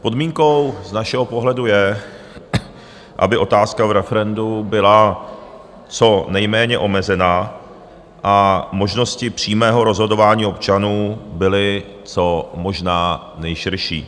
Podmínkou z našeho pohledu je, aby otázka v referendu byla co nejméně omezená a možnosti přímého rozhodování občanů byly co možná nejširší.